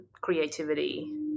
creativity